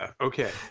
okay